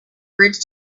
bridge